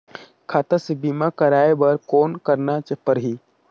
खाता से बीमा करवाय बर कौन करना परही?